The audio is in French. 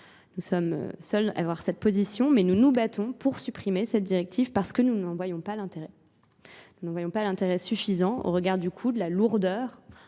Nous sommes seuls à avoir cette position mais nous nous battons pour supprimer cette directive parce que nous n'en voyons pas l'intérêt. Nous ne nous voyons pas à l'intérêt suffisant au regard du coût de la lourdeur